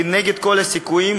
כנגד כל הסיכויים,